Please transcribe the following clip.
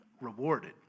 rewarded